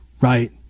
right